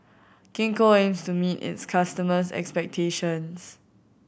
Gingko aims to meet its customers' expectations